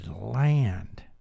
land